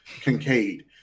Kincaid